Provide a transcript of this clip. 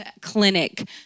clinic